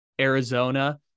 Arizona